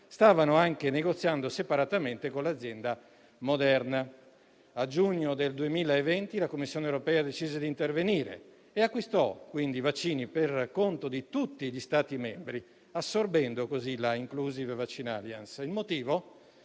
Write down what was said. stavano negoziando separatamente con l'azienda Moderna. Nel giugno 2020 la Commissione europea decise di intervenire e acquistò vaccini per conto di tutti gli Stati membri, assorbendo così la Inclusive vaccine alliance. Il motivo?